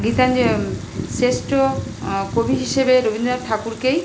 গীতাঞ্জ শ্রেষ্ঠ কবি হিসেবে রবীন্দ্রনাথ ঠাকুরকেই